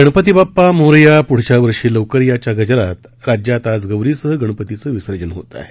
गणपती बाप्पा मोरया प्ढच्या वर्षी लवकर या गजरात राज्यात आज गौरीसह गणपतीचं विसर्जन होत आहे